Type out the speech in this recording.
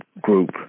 group